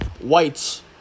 Whites